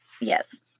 Yes